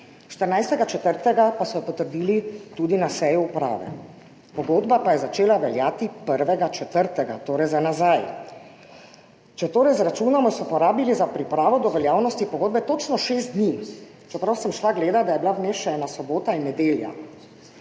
14. 4. so jo potrdili tudi na seji uprave, pogodba pa je začela veljati 1. 4., torej za nazaj. Če torej izračunamo, so porabili za pripravo do veljavnosti pogodbe točno šest dni, čeprav sem šla gledat, da sta bili vmes še ena sobota in nedelja.